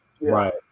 Right